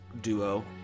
duo